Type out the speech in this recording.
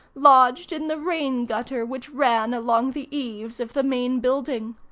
lodged in the rain gutter which ran along the eaves of the main building.